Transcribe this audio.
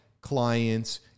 clients